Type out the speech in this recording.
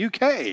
UK